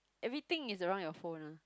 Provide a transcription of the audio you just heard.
everything is around your phone ah